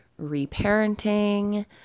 reparenting